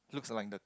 looks like the